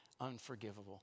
unforgivable